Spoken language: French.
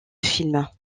films